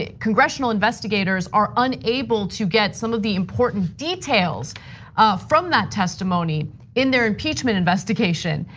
ah congressional investigators are unable to get some of the important details from that testimony in their impeachment investigation.